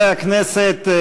חברי הכנסת,